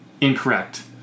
incorrect